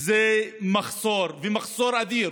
יש מחסור, מחסור אדיר